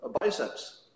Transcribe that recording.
biceps